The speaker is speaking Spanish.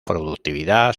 productividad